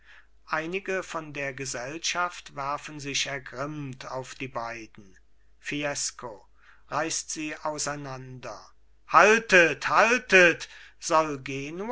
einige von der gesellschaft werfen sich ergrimmt auf die beiden fiesco reißt sie auseinander haltet haltet